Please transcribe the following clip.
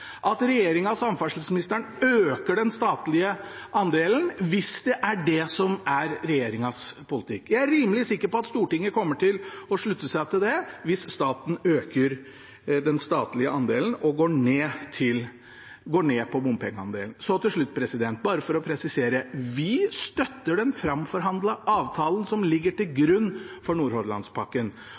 er regjeringens politikk. Jeg er rimelig sikker på at Stortinget kommer til å slutte seg til at man øker den statlige andelen og går ned på bompengeandelen. Så bare for å presisere til slutt: Vi støtter den framforhandlede avtalen som ligger til grunn for